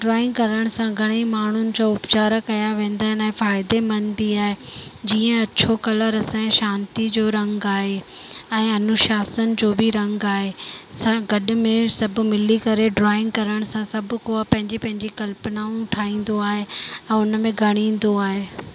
drawing करण सां घणेई माण्हुनि जो उपचार कया वेंदा आहिनि ऐं फ़ाइदेमंद बि आहे जीअं अछो कलर असांइ शांती जो रंग आहे ऐं अनुशासन जो बि रंग आहे असां गॾु में सभु मिली करे ड्रॉइंग करण सां सभु को पंहिंजी पंहिंजी कल्पनाऊं ठाहींदो आहे ऐं उन में घणी ईंदो आहे